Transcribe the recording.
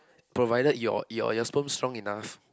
provided your your your sperm strong enough